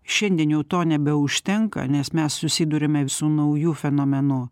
šiandien jau to nebeužtenka nes mes susiduriame su nauju fenomenu